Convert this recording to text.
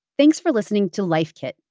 thanks for listening to life kit.